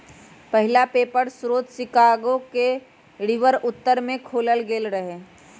पहिला पेपर स्रोत शिकागो के रिवर उत्तर में खोलल गेल रहै